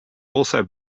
also